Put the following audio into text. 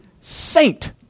Saint